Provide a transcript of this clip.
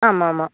ஆமாம்மா